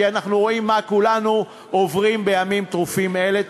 כי אנחנו רואים מה כולנו עוברים בימים טרופים אלה.